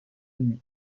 nuit